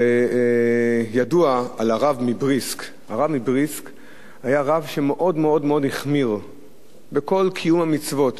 ידוע על הרב מבריסק שהיה רב שמאוד מאוד החמיר בכל קיום המצוות,